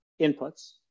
inputs